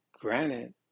granted